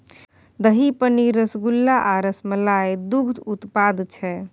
दही, पनीर, रसगुल्ला आ रसमलाई दुग्ध उत्पाद छै